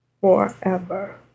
Forever